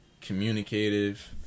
communicative